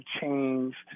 changed